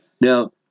Now